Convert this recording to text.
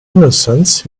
innocence